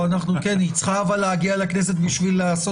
אנחנו בהחלט מסתכלים קדימה על הקלות שאפשר כבר עכשיו להתחיל